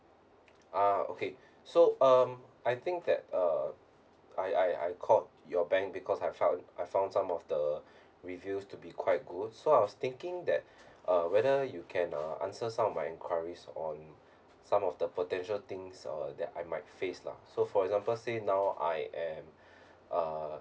ah okay so um I think that uh I I I called your bank because I felt I found some of the reviews to be quite good so I was thinking that uh whether you can uh answer some of my enquiries on some of the potential things or that I might face lah so for example say now I am uh